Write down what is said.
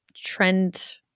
trend